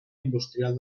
industrial